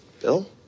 Bill